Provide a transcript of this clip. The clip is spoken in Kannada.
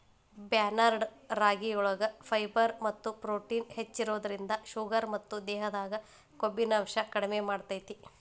ಬಾರ್ನ್ಯಾರ್ಡ್ ರಾಗಿಯೊಳಗ ಫೈಬರ್ ಮತ್ತ ಪ್ರೊಟೇನ್ ಹೆಚ್ಚಿರೋದ್ರಿಂದ ಶುಗರ್ ಮತ್ತ ದೇಹದಾಗ ಕೊಬ್ಬಿನಾಂಶ ಕಡಿಮೆ ಮಾಡ್ತೆತಿ